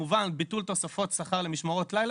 כמובן ביטול תוספות שכר למשמרות לילה